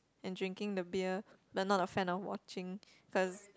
and drinking the beer but not a fan of watching cause